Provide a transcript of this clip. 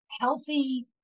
healthy